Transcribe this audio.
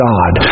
God